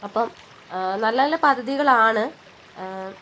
അപ്പം നല്ല നല്ല പദ്ധതികൾ ആണ്